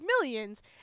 millions